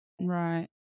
right